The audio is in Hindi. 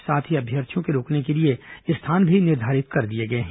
साथ ही अभ्यर्थियों के रूकने के लिए स्थान भी निर्धारित कर दिए गए हैं